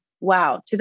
wow